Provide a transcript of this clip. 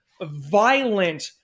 violent